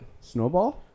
Snowball